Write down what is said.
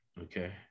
Okay